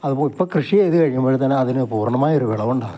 അത് ഇപ്പോൾ കൃഷി ചെയ്തു കഴിയുമ്പോഴത്തേക്ക് അതിന് പൂർണ്ണമായൊരു വിളവുണ്ടായിരുന്നില്ല